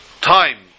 time